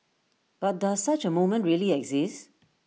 but does such A moment really exist